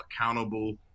accountable